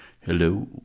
hello